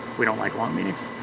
we don't like long meetings.